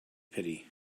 pity